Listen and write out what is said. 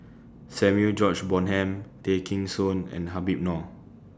Samuel George Bonham Tay Kheng Soon and Habib Noh